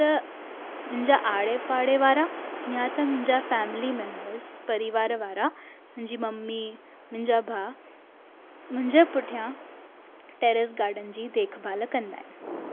त मुंहिंजा आड़े पाड़े वारा या त मुंहिंजा फैमिली मेम्बर्स परिवार वारा मुंहिंजी मम्मी मुंहिंजा भाउ मुंहिंजे पुठियां टेरिस गार्डन जी देखभालु कंदा आहिनि